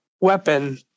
weapon